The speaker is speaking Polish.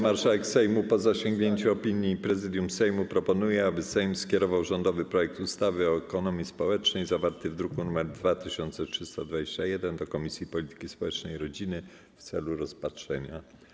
Marszałek Sejmu, po zasięgnięciu opinii Prezydium Sejmu, proponuje, aby Sejm skierował rządowy projekt ustawy o ekonomii społecznej, zawarty w druku nr 2321, do Komisji Polityki Społecznej i Rodziny w celu rozpatrzenia.